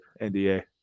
NDA